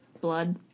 Blood